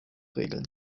regeln